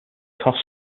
costs